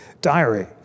diary